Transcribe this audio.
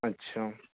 अच्छा